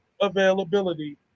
availability